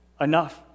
enough